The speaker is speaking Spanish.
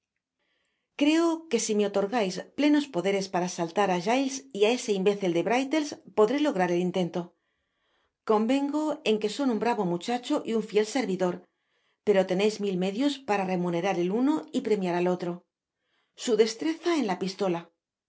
creo que si me otorgais plenos poderes para asaltar á giles y á ese imbécil de brittles podré lograr el intento convengo en que son un bravo muchacho y un fiel servidor pero teneis mil medios para remunerar al uno y premiar al otro su destreza en la pistola